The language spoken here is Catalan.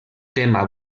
tema